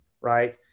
right